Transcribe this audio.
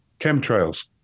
chemtrails